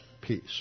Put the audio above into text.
peace